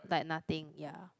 like nothing ya